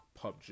PUBG